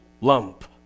lump